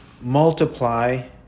multiply